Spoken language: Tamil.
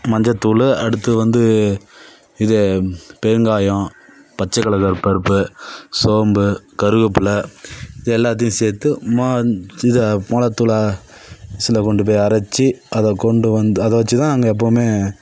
மஞ்சத்தூள் அடுத்து வந்து இது பெருங்காயம் பச்சை கடலை பருப்பு சோம்பு கருவேப்பில்ல இது எல்லாத்தையும் சேர்த்து மிளகாத்தூள மிக்ஸில் கொண்டு போய் அரைச்சு அதை கொண்டு வந்து அதை வச்சி தான் நாங்கள் எப்பவும்